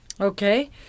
Okay